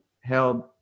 held